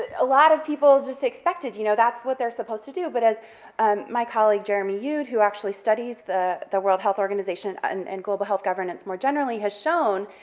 a lot of people just expected, you know, that's what they're supposed to do, but as my colleague jeremy yude, who actually studies the the world health organization and and global health governance more generally has shown,